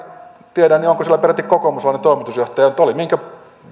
tiedä niin onko siellä peräti kokoomuslainen toimitusjohtaja mutta oli minkä